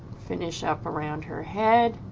finish up around her head,